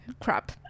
crap